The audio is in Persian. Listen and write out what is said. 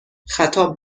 خطاب